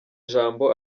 jambo